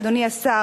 אדוני השר,